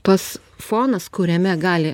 tas fonas kuriame gali